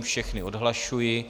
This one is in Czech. Všechny odhlašuji.